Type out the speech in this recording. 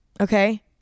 okay